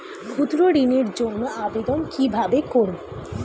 ক্ষুদ্র ঋণের জন্য আবেদন কিভাবে করব?